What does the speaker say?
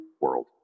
World